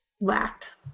lacked